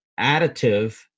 additive